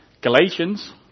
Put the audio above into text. Galatians